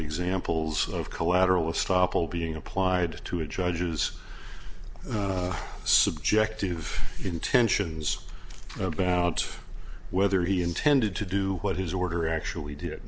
examples of collateral estoppel being applied to a judge's subjective intentions about whether he intended to do what his order actually d